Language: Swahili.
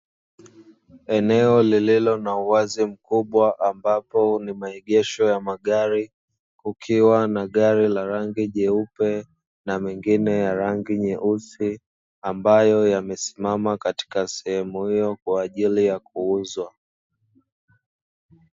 Eneo lililo na uwazi mkubwa ambalo ni uwegesho wa magari kukiwa na gari la rangi nyeupe na mengine nyeusi, ambayo yamesimama katika sehemu iyo kwa ajili ya kuuzwa.